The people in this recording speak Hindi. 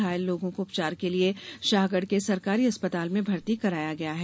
घायल लोगों को उपचार के लिये शाहगढ़ के सरकारी अस्पताल में भर्ती कराया गया है